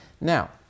Now